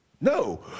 No